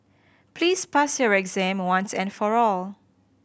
please pass your exam once and for all